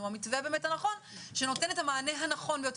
הוא המתווה הנכון שנותן את המענה הנכון יותר.